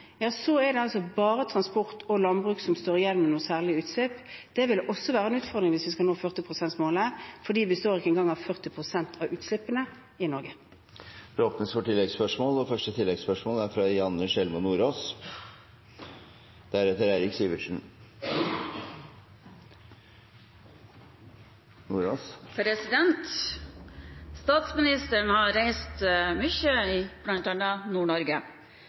er det bare transport og landbruk som står igjen med noe særlig utslipp. Det ville også være en utfordring hvis vi skal nå 40 pst.-målet, fordi de to sektorene ikke en gang står for 40 pst. av utslippene i Norge. Det åpnes for oppfølgingsspørsmål – først Janne Sjelmo Nordås. Statsministeren har reist mye, bl.a. i Nord-Norge. Jeg har registrert at statsministeren har